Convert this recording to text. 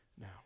now